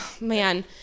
man